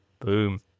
Boom